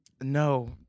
No